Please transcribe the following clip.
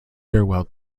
farewell